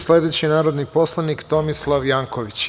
Sledeći narodni poslanik Tomislav Janković.